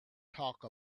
talk